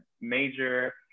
major